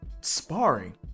sparring